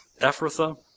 Ephrathah